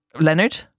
Leonard